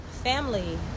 Family